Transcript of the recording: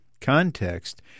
context